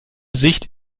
sicht